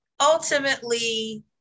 ultimately